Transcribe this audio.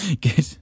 good